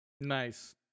Nice